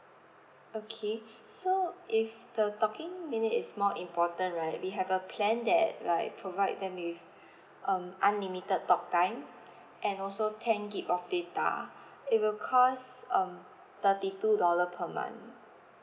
okay so if the talking minute is more important right we have a plan that like provide them with um unlimited talk time and also ten gig of data it will cost um thirty two dollar per month